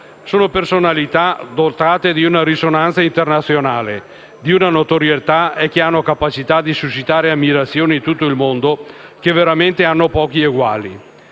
Sono personalità dotate di risonanza internazionale e di notorietà, che hanno una capacità di suscitare ammirazione in tutto il mondo e che veramente hanno pochi eguali.